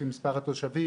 לפי מספר התושבים,